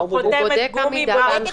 אז הוא חותמת גומי ולא אחראי.